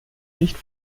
nicht